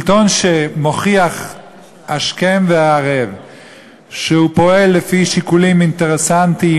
שלטון שמוכיח השכם והערב שהוא פועל לפי שיקולים אינטרסנטיים,